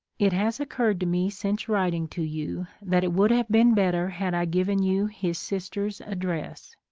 it has occurred to me since writing to you that it would have been better had i given you his sister's address.